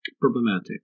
problematic